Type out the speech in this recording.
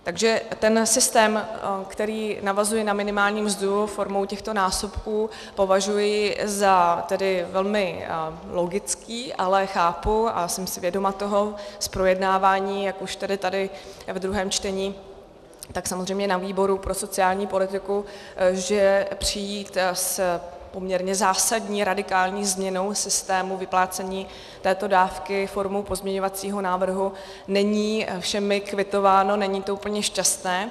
Takže ten systém, který navazuje na minimální mzdu formou těchto násobků, považuji za tedy velmi logický, ale chápu a jsem si vědoma toho z projednávání jak už tedy tady v druhém čtení, tak samozřejmě na výboru pro sociální politiku, že přijít s poměrně zásadní radikální změnou systému vyplácení této dávky formou pozměňovacího návrhu není všemi kvitováno, není to úplně šťastné.